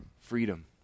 freedom